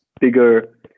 bigger